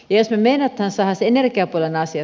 tiesimme että saisin eikä vallan asia